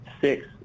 six